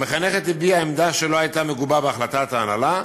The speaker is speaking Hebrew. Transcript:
המחנכת הביעה עמדה שלא הייתה מגובה בהחלטת ההנהלה.